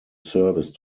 service